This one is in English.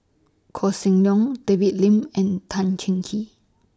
Koh Seng Leong David Lim and Tan Cheng Kee